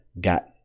got